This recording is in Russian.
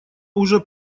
уже